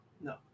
No